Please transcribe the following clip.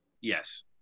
Yes